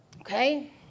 Okay